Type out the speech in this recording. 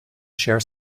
share